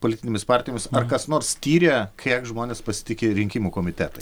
politinėmis partijomis ar kas nors tyrė kiek žmonės pasitiki rinkimų komitetai